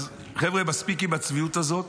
חבר'ה, מספיק עם הצביעות הזאת,